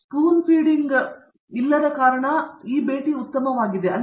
ಇದು spoon feeding of tools ಇಲ್ಲದ ಕಾರಣ ಅದು ಉತ್ತಮವಾಗಿದೆ